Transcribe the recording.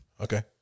Okay